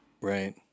Right